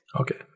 okay